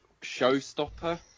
showstopper